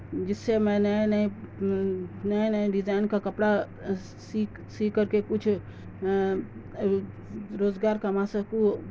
جس سے میں نئے نئے نئے نئے ڈیزائن کا کپڑا سی سی کر کے کچھ روزگار کما سکوں